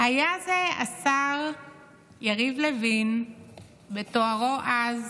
היה זה השר יריב לוין בתוארו אז,